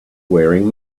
wearing